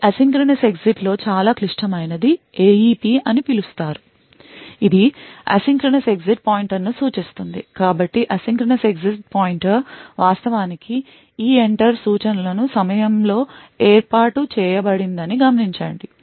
ఈ asynchronous exit లో చాలా క్లిష్టమైనది AEP అని పిలుస్తారు ఇది Asyncronous Exit పాయింటర్ను సూచిస్తుంది కాబట్టి Asyncronous Exit పాయింటర్ వాస్తవానికి EENTER సూచనల సమయంలో ఏర్పాటు చేయబడిందని గమనించండి